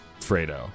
Fredo